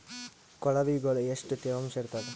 ಕೊಳವಿಗೊಳ ಎಷ್ಟು ತೇವಾಂಶ ಇರ್ತಾದ?